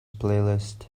playlist